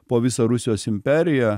po visą rusijos imperiją